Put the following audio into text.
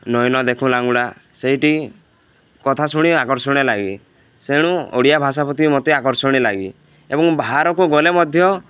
ନଈ ନ ଦେଖୁଣୁ ଲଙ୍ଗଳା ସେଇଠି କଥା ଶୁଣି ଆକର୍ଷଣୀୟ ଲାଗେ ସେଣୁ ଓଡ଼ିଆଭାଷା ପ୍ରତି ମୋତେ ଆକର୍ଷଣ ଲାଗେ ଏବଂ ବାହାରକୁ ଗଲେ ମଧ୍ୟ